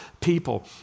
people